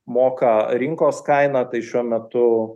moka rinkos kainą tai šiuo metu